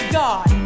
god